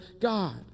God